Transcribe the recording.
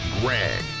Greg